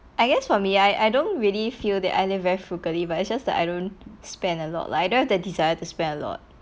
I guess for me I I don't really feel that I live very frugally but it's just that I don't spend a lot like I don't have the desire to spend a lot